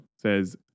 says